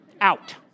out